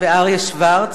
ואריה שוורץ,